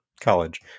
college